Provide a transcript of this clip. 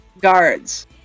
guards